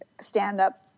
stand-up